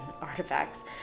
artifacts